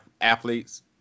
athletes